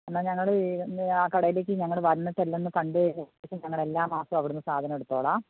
എന്നാൽ ഞങ്ങൾ ഈ ആ കടയിലേയ്ക്ക് ഞങ്ങൾ വന്നിട്ടെല്ലാം ഒന്ന് കണ്ടു കഴിഞ്ഞ ശേഷം ഞങ്ങളെല്ലാ മാസവും അവിടെ നിന്ന് സാധനം എടുത്തുകൊളളാം